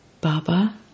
Baba